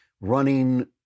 running